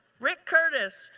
rick curtis.